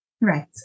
Right